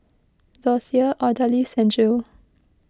Dorthea Odalis and Jill